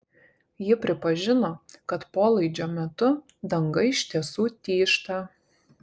ji pripažino kad polaidžio metu danga iš tiesų tyžta